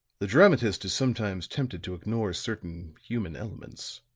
the dramatist is sometimes tempted to ignore certain human elements.